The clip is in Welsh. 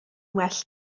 well